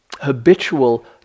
habitual